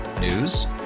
News